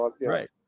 Right